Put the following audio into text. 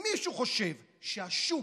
אם מישהו חושב שהשוק,